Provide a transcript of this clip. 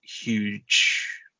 huge